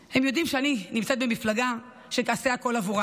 הם יודעים שאני נמצאת במפלגה שתעשה הכול בעבורם.